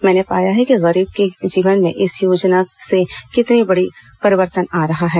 मैंने पाया है कि गरीब के जीवन में इस योजना से कितना बड़ा परिवर्तन आ रहा है